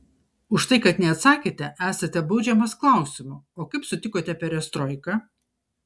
už tai kad neatsakėte esate baudžiamas klausimu o kaip sutikote perestroiką